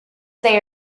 they